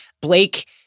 Blake